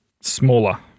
smaller